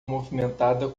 movimentada